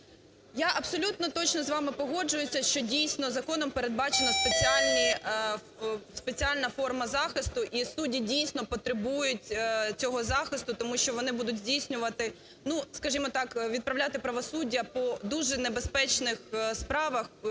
Я абсолютно точно з вами погоджуюся, що, дійсно, законом передбачено спеціальні… спеціальна форма захисту, і судді, дійсно, потребують цього захисту, тому що вони будуть здійснювати… ну скажімо так, відправляти правосуддя по дуже небезпечних справах